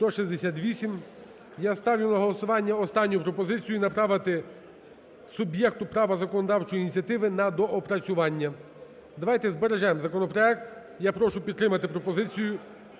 Я ставлю на голосування останню пропозицію: направити суб'єкту права законодавчої ініціативи на доопрацювання. Давайте збережем законопроект. Я прошу підтримати пропозицію.